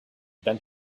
then